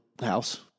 house